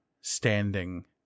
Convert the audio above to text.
standing